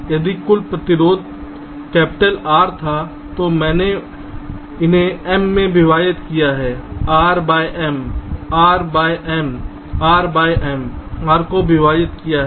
इसलिए यदि कुल प्रतिरोध कैपिटल R था तो मैंने उन्हें M में विभाजित किया है R by M R by M R by M R में विभाजित किया है